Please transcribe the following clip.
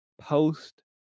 post